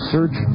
Search